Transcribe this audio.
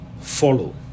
follow